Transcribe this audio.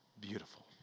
beautiful